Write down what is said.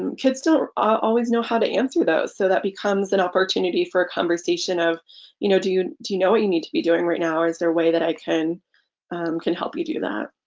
and kids don't always know how to answer those so that becomes an opportunity for a conversation of you know do you do you know what you need to be doing right now is there way that i can can help you do that?